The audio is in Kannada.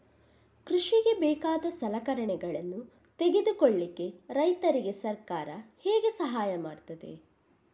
ಕೃಷಿಗೆ ಬೇಕಾದ ಸಲಕರಣೆಗಳನ್ನು ತೆಗೆದುಕೊಳ್ಳಿಕೆ ರೈತರಿಗೆ ಸರ್ಕಾರ ಹೇಗೆ ಸಹಾಯ ಮಾಡ್ತದೆ?